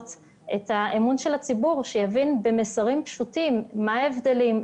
היא שהציבור יבין במסרים פשוטים מה ההבדלים בין הכלים,